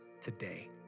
today